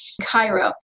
Cairo